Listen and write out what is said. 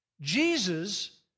Jesus